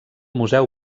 museu